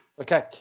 Okay